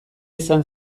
izan